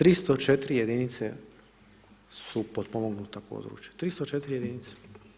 304 jedinice su potpomognuta područja, 304 jedinice.